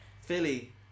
philly